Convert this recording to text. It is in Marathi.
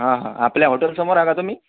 हो हो आपल्या हॉटेलसमोर आला तुम्ही